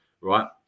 right